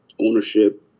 ownership